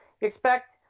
expect